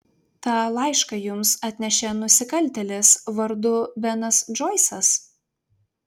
tą laišką jums atnešė nusikaltėlis vardu benas džoisas